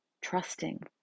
trusting